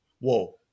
Whoa